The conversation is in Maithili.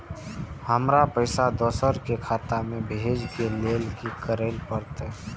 हमरा पैसा दोसर के खाता में भेजे के लेल की करे परते?